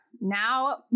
now